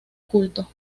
culto